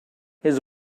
his